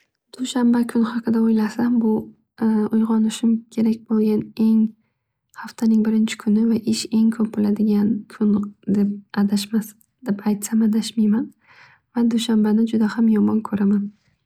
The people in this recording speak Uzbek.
Dushanba kun haqida o'ylasam. Bu uyg'onishim kerak bo'lgan eng haftaning birinchi kuni va ish ish eng ko'p bo'ladigan kun desam adashmayman. Va dushanbani judayam yomon ko'raman.